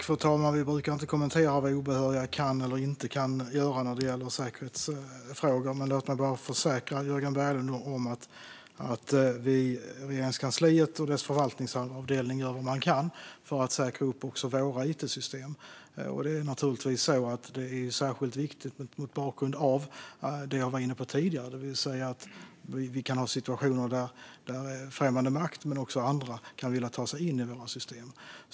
Fru talman! Vi brukar inte kommentera vad obehöriga kan eller inte kan när det gäller säkerhetsfrågor. Men låt mig bara försäkra Jörgen Berglund om att Regeringskansliet och dess förvaltningsavdelning gör vad man kan för att säkra upp också våra it-system. Detta är naturligtvis särskilt viktigt mot bakgrund av det jag var inne på tidigare, det vill säga att det kan finnas situationer där främmande makt och andra kan vilja ta sig in i våra system.